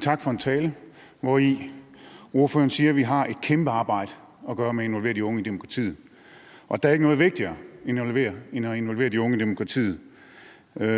Tak for talen, hvori ordføreren siger, at vi har et kæmpe arbejde at gøre med at involvere de unge i demokratiet – der er ikke noget vigtigere end at involvere de unge i demokratiet –